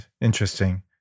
Interesting